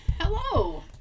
hello